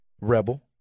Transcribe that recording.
Rebel